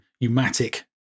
pneumatic